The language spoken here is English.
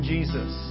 Jesus